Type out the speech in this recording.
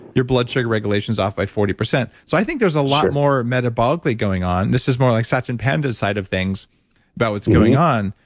your blood sugar regulation is off by forty percent. so, i think there's a lot more metabolically going on. this is more like satchin panda's side of things about what's going on.